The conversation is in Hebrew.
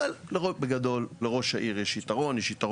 אבל לרוב, בגדול, לראש העיר יש יתרון.